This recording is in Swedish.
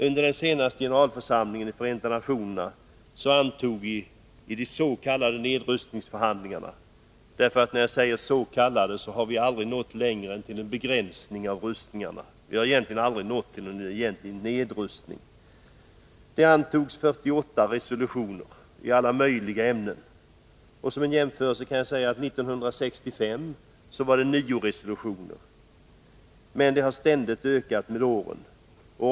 Under den senaste generalförsamlingen i Förenta nationerna antogs 48 resolutioner i de s.k. nedrustningsförhandlingarna — vi har ju aldrig nått en egentlig nedrustning, utan bara en begränsning av rustningarna. Som en jämförelse kan nämnas att det 1965 antogs 9 resolutioner. Antalet har sedan ständigt ökat med åren.